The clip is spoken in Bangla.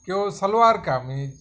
কেউ সালোয়ার কামিজ